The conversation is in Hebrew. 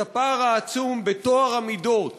את הפער העצום בטוהר המידות,